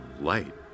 light